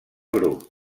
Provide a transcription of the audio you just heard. grup